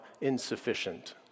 insufficient